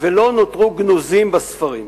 ולא נותרו גנוזים בספרים.